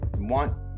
want